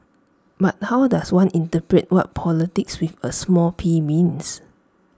but how does one interpret what politics with A small P means